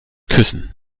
küssen